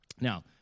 Now